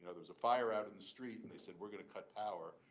ah there was a fire out in the street. and they said we're going to cut power.